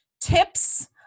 tips